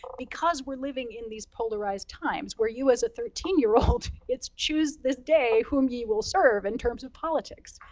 because we're living in these polarized times, where you as a thirteen year old, let's choose this day whom ye will serve in terms of politics.